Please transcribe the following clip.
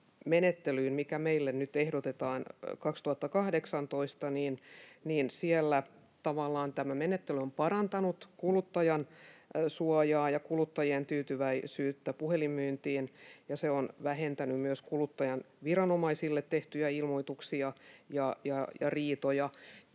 mitä meille nyt ehdotetaan, niin siellä tavallaan tämä menettely on parantanut kuluttajansuojaa ja kuluttajien tyytyväisyyttä puhelinmyyntiin ja se on vähentänyt myös kuluttajaviranomaisille tehtyjä ilmoituksia ja riitoja.